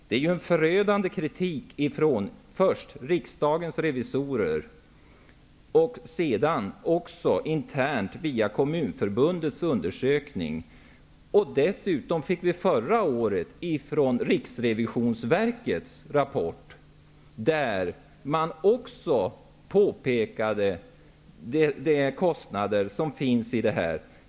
Det har framförts en förödande kritik från riksdagens revisorer och också internt via Kommunförbundets undersökning. Dessutom fick vi förra året Riksrevisionsverkets rapport, där man också påpekade de kostnader som finns i detta.